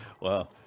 Wow